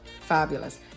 fabulous